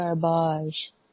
Garbage